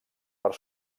per